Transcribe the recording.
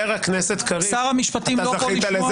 שר המשפטים לא פה לשמוע.